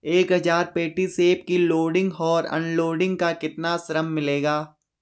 एक हज़ार पेटी सेब की लोडिंग और अनलोडिंग का कितना श्रम मिलेगा?